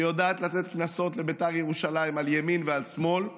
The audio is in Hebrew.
שיודעת לתת קנסות לבית"ר ירושלים על ימין ועל שמאל,